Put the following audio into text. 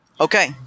Okay